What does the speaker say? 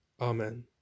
Amen